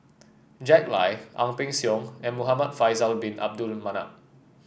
Jack Lai Ang Peng Siong and Muhamad Faisal Bin Abdul Manap